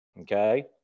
okay